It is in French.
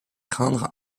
craindre